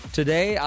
today